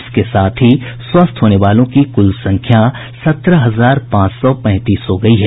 इसके साथ ही स्वस्थ होने वालों की कुल संख्या सत्रह हजार पांच सौ पैंतीस हो गयी है